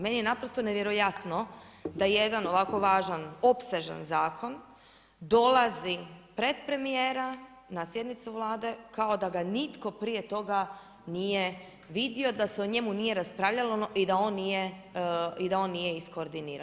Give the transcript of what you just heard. Meni je naprosto nevjerojatno da jedan ovako važan opsežan zakon dolazi pred premijera na sjednicu Vlade kao da ga nitko prije toga nije vidio i da se o njemu nije raspravljalo i da on nije izkoordiniran.